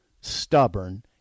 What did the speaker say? stubborn